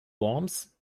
worms